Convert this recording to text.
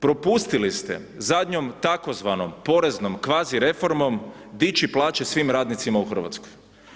Propustili ste zadnjom tzv. poreznom kvazi reformom dići plaće svim radnicima u Hrvatskoj.